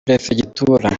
perefegitura